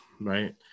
right